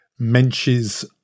menches